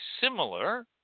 similar